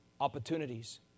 opportunities